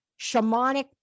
Shamanic